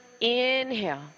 inhale